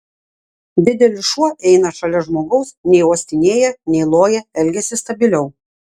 didelis šuo eina šalia žmogaus nei uostinėją nei loja elgiasi stabiliau